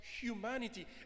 humanity